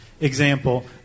example